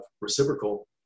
reciprocal